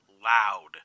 loud